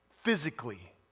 physically